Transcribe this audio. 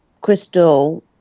crystal